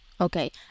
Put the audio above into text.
Okay